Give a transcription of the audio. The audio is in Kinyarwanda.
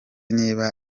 niba